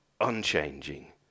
unchanging